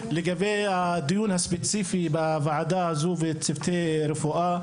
לגבי הדיון הספציפי בוועדה הזו על צוותי הרפואה,